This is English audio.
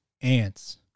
ants